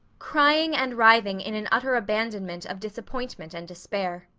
crying and writhing in an utter abandonment of disappointment and despair.